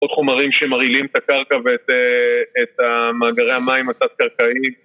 עוד חומרים שמרעילים את הקרקע ואת מאגרי המים התת קרקעיים